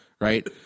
right